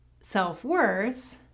self-worth